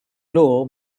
floor